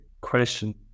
question